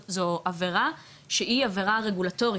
זו עבירה שהיא עבירה רגולטורית,